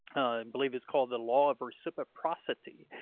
believe it's called the law of reciprocity.